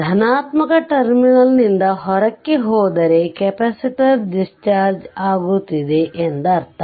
ಧನಾತ್ಮಕ ಟರ್ಮಿನಲ್ ನಿಂದ ಹೊರಕ್ಕೆ ಹೋದರೆ ಕೆಪಾಸಿಟರ್ ಡಿಸ್ಚಾರ್ಜ್ ಆಗುತ್ತಿದೆ ಎಂದರ್ಥ